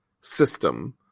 system